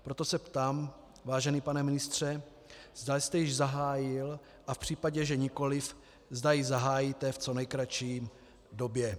Proto se ptám, vážený pane ministře, zda jste ji již zahájil, a v případě, že nikoliv, zda ji zahájíte v co nejkratší době.